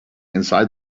inside